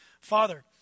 Father